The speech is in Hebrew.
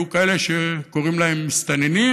יהיו כאלה שקוראים להם מסתננים,